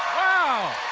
wow!